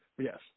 Yes